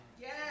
Yes